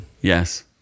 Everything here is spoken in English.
Yes